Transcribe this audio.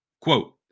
Quote